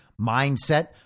mindset